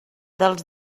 dels